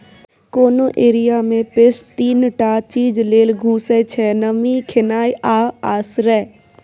कोनो एरिया मे पेस्ट तीन टा चीज लेल घुसय छै नमी, खेनाइ आ आश्रय